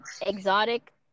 Exotic